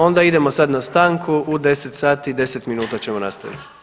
Onda idemo sad na stanku, u 10 sati i 10 minuta ćemo nastaviti.